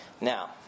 Now